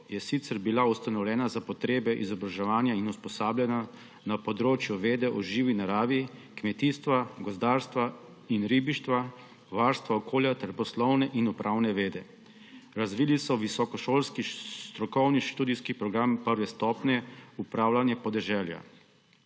je sicer bila ustanovljena za potrebe izobraževanja in usposabljanja na področju vede o živi naravi, kmetijstva, gozdarstva in ribištva, varstva okolja ter poslovne in upravne vede. Razvili so visokošolski strokovni študijski program prve stopnje Upravljanje podeželja.